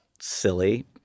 silly